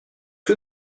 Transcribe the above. que